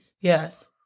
Yes